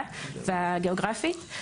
הגאוגרפית.